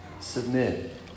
submit